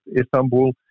Istanbul